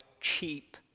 cheap